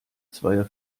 zweier